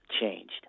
changed